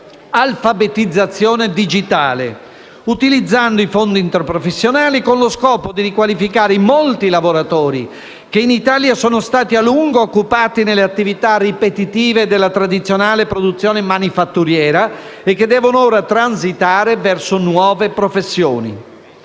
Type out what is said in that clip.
alfabetizzazione digitale, utilizzando i fondi interprofessionali, con lo scopo di riqualificare i molti lavoratori che in Italia sono stati a lungo occupati nelle attività ripetitive della tradizionale produzione manifatturiera e che devono ora transitare verso nuove professioni.